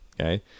Okay